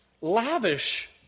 lavish